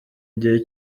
gihe